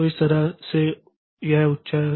तो इस तरह से यह उच्च है